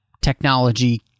technology